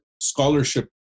scholarship